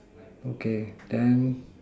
okay then